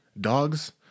Dogs